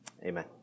Amen